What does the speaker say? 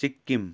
Sikkim